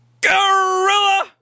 gorilla